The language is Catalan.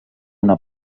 una